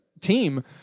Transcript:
team